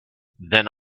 then